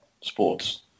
sports